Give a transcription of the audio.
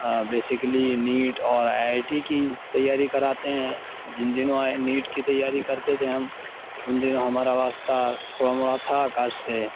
basically NEET اور I I T کی تیاری کراتے ہیں جن دنوں نیٹ کی تیاری کرتے تھے ہم ان دنوں ہمارا واسطہ تھوڑا موڑا تھا آکاش سے